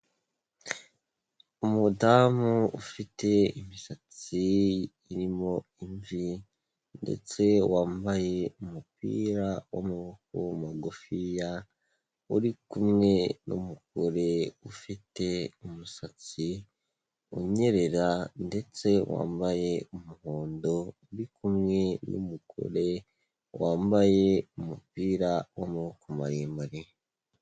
Umudamu ufite imisatsi irimo imvi ndetse wambaye umupira w'amaboko mugufiya, uri kumwe n'umugore ufite umusatsi unyerera ndetse wambaye umuhondo, uri kumwe n'umugore wambaye umupira w'amaboko maremare.